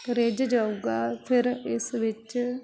ਰਿੱਝ ਜਾਊਗਾ ਫਿਰ ਇਸ ਵਿੱਚ